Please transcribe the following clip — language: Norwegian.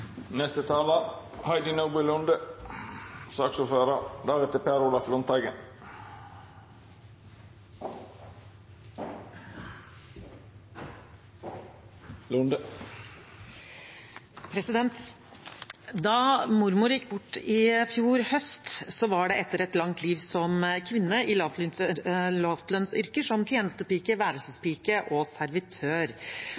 Da mormor gikk bort i fjor høst, var det etter et langt liv som kvinne i lavlønnsyrker som tjenestepike,